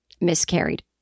miscarried